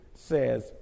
says